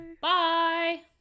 bye